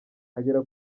agera